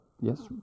yes